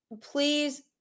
please